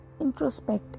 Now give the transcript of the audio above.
introspect